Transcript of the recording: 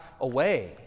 away